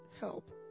help